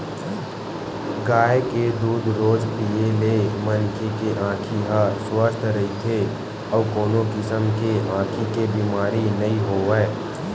गाय के दूद रोज पीए ले मनखे के आँखी ह सुवस्थ रहिथे अउ कोनो किसम के आँखी के बेमारी नइ होवय